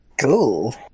Cool